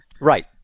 Right